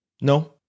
No